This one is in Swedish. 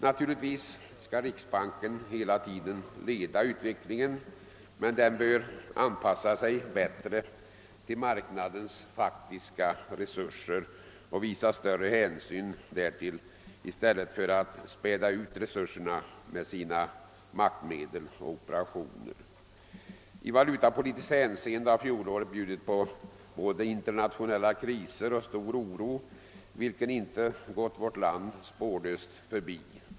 Självfallet skall riksbanken hela tiden leda utvecklingen, men den bör anpassa sig bättre till marknadens faktiska resurser och visa större hänsyn därtill i stället för att späda ut resurserna med sina maktmedel och operationer. I valutapolitiskt hänseende har fjolåret bjudit på både internationella kriser och stor oro, vilken inte gått vårt land spårlöst förbi.